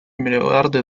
миллиарды